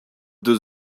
does